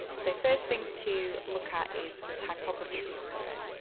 so, first thing to look at is the typography view cover.